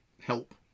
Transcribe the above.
help